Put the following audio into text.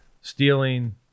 stealing